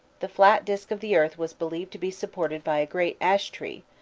the flat disk of the earth was believed to be supported by a great ash-tree,